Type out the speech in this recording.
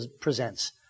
presents